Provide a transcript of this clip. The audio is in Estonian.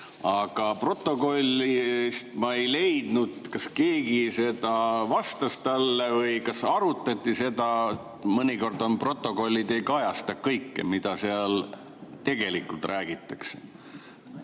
Aga protokollist ma ei leidnud, kas keegi vastas talle või kas arutati seda. Mõnikord protokollid ei kajasta kõike, mida seal tegelikult räägitakse.